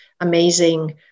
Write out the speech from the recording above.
amazing